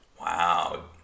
Wow